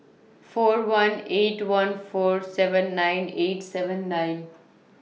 four one eight one four seven nine eight seven nine